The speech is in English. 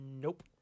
Nope